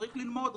צריך ללמוד,